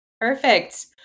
Perfect